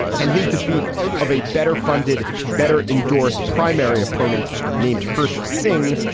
and his defeat of a better funded, better endorsed primary opponent named hershe singh,